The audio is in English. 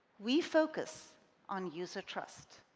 we focus on user trust.